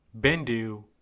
Bendu